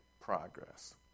progress